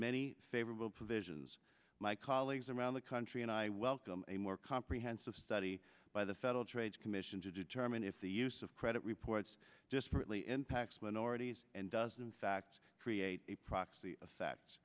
many favorable provisions my colleagues around the country and i welcome a more comprehensive study by the federal trade commission to determine if the use of credit reports discreetly impacts minorities and does in fact create a proxy effect